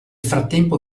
frattempo